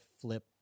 flip